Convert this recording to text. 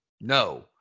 no